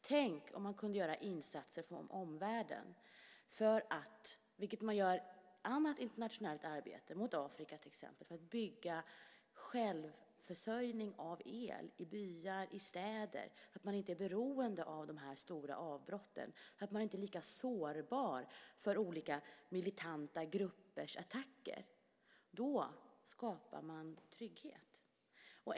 Tänk om man kunde göra insatser från omvärlden liksom man gör i annat internationellt arbete, till exempel i Afrika, genom att bygga självförsörjning av el i byar och i städer, så att man inte är så beroende när de stora avbrotten kommer och så att man inte är lika sårbar för olika militanta gruppers attacker. Då skapar man trygghet.